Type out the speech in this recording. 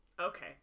Okay